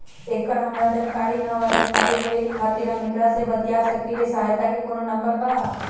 एकर हमरा जानकारी न बा जानकारी लेवे के खातिर हम केकरा से बातिया सकली ह सहायता के कोनो नंबर बा?